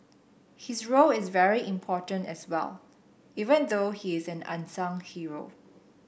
his role is very important as well even though he is an unsung hero